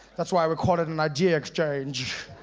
that's what i would call it, an idea exchange.